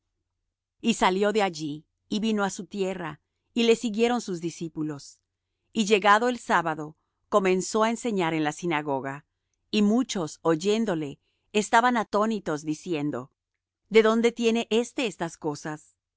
y salio de allí y vino á su tierra y le siguieron sus discípulos y llegado el sábado comenzó á enseñar en la sinagoga y muchos oyéndole estaban atónitos diciendo de dónde tiene éste estas cosas